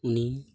ᱩᱱᱤ